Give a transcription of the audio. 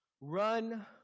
Run